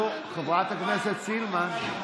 נו, חברת הכנסת סילמן.